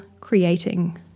creating